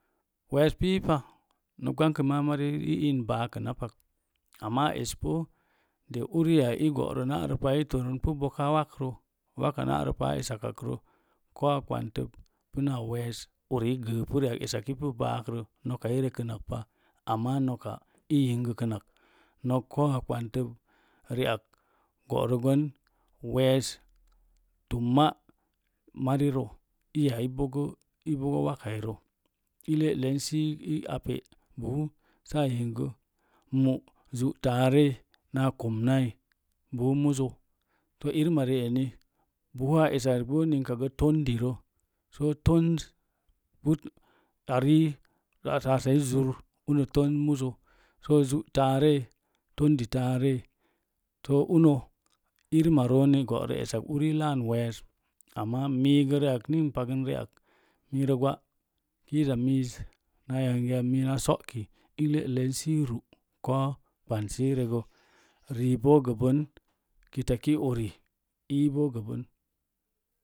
Weess piipa gwankima mari i iin baakəna pak ma esbo uri i go'ro na'rə pai l torun puk boka wakro waka na'rə pa esak kou ɓantə puna wees uri i gəəpu baakrə amma noka i yingəkənnak nok kou ɓanteu ri ak bo'rəbon wees tumma mariro iya ibogo wakkairo i le'len sa pe’ bugu saa yingu mu'zu’ taare na komnai bugu muzo irima ri eni bugu essas bo ningkagə tondirə tonz arii kou tasai zur uni tonz muzo zu’ taare tondi taare to uno ina ro bo'rə esan uri laan wees miigəriak ni m pagən riakgə miirəgwa’ kiiza miiz na yangi miina so'ki i le’ lensə ru’ kou ɓant sə i rəgə ribo gə bən kitaki uri iibo gə bən.